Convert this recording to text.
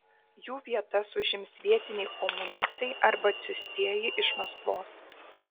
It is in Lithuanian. jų vietas užims vietiniai komunistai arba atsiųstieji iš maskvos